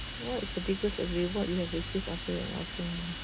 what is the biggest uh reward you have received after